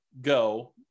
go